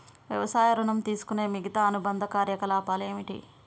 వ్యవసాయ ఋణం తీసుకునే మిగితా అనుబంధ కార్యకలాపాలు ఏమిటి?